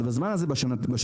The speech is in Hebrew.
אבל בשנים הראשונות